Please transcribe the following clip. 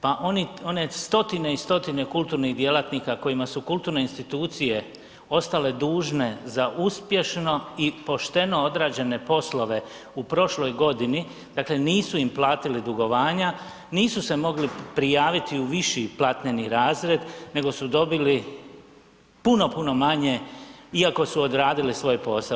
Pa one stotine i stotine kulturnih djelatnika kojima su kulturne institucije za uspješno i pošteno odrađene poslove u prošloj godini, dakle nisu im platili dugovanja, nisu se mogli prijaviti u viši platneni razred nego su dobili puno, puno manje iako su odradili svoj posao.